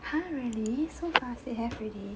!huh! really so fast they have already